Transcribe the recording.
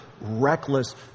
reckless